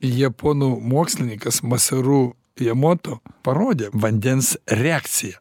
japonų mokslininkas masaru ijemoto parodė vandens reakciją